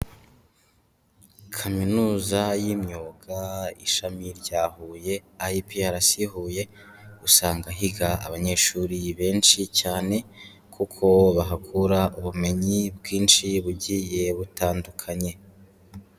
Kaminuza y'imyuga ishami rya Huye, IPRC Huye usanga higa abanyeshuri benshi cyane kuko bahakura ubumenyi bwinshi bugiye butandukanye.